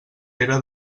pere